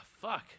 Fuck